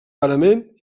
parament